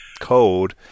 code